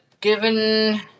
given